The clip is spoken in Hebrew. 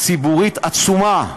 ציבורית עצומה,